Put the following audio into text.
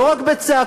לא רק בצעקות,